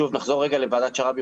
שוב, נחזור רגע לוועדת שרעבי.